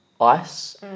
ice